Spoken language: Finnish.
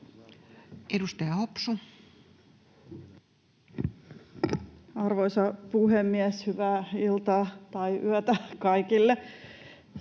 Edustaja Hopsu. Arvoisa puhemies! Hyvää iltaa tai yötä kaikille!